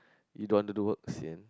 you don't want to do work sian